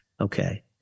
okay